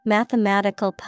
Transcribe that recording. Mathematical